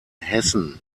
hessen